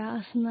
असणार आहे